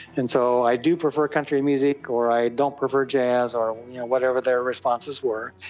and so i do prefer country music or i don't prefer jazz or whatever their responses were.